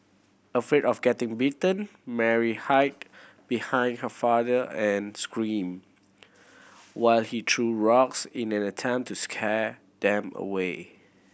afraid of getting bitten Mary hid behind her father and screamed while he threw rocks in an attempt to scare them away